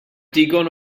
digon